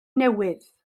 newydd